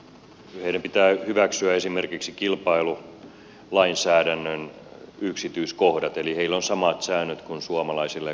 heidän pitää hyväksyä esimerkiksi kilpailulainsäädännön yksityiskohdat eli heillä on samat säännöt kuin suomalaisilla ja kaikilla muilla